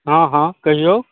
हँ हँ कहिऔ